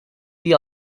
dia